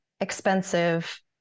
expensive